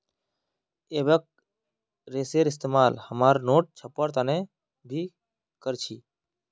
एबेक रेशार इस्तेमाल हमरा नोट छपवार तने भी कर छी